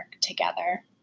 together